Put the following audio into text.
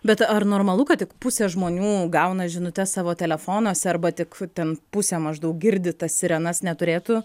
bet ar normalu kad tik pusė žmonių gauna žinutes savo telefonuose arba tik ten pusė maždaug girdi tas sirenas neturėtų